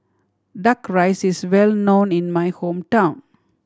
Duck Rice is well known in my hometown